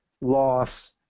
loss